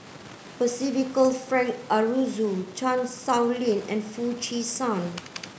Percival Frank Aroozoo Chan Sow Lin and Foo Chee San